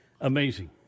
Amazing